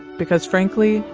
because frankly,